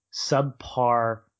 subpar